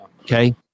Okay